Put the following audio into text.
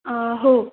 हो